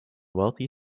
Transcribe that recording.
wealthy